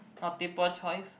for people choice